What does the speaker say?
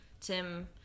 Tim